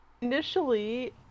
initially